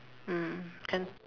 mm can